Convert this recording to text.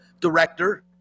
Director